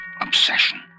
obsession